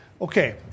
Okay